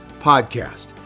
podcast